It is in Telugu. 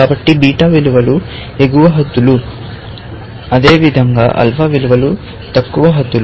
కాబట్టి బీటా విలువలు ఎగువ హద్దులు అదేవిధంగా ఆల్ఫా విలువలు తక్కువ హద్దులు